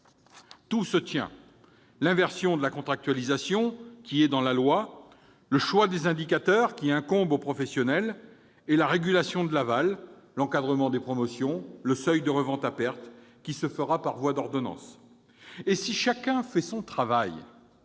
Tout se tient : l'inversion de la contractualisation, qui est dans la loi, le choix des indicateurs, qui incombe aux professionnels, et la régulation de l'aval- l'encadrement des promotions et le seuil de revente à perte -, qui se fera par voie d'ordonnance. Si chacun fait son travail